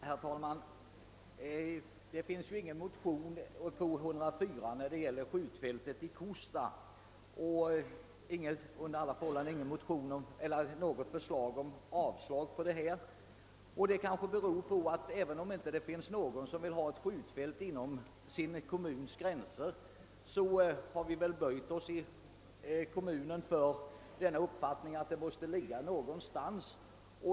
Herr talman! Det har inte väckts någon motion i anledning av förslaget om anordnande av ett nytt skjutfält i Kosta, som behandlas under punkten 2 i statsutskottets utlåtande nr 104. Inte heller föreligger det något avslagsyrkande på denna punkt. Anledningen härtill är att vi, även om ingen vill ha ett skjutfält inom sin kommuns gränser, böjt oss för skälet att detta skjutfält måste ligga någonstans.